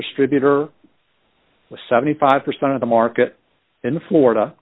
distributor was seventy five percent of the market in florida